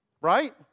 Right